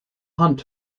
hunt